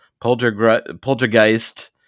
Poltergeist